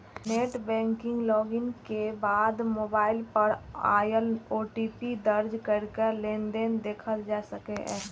net banking log in के बाद mobile पर आयल ओ.टी.पी दर्ज कैरके लेनदेन देखल जा सकैए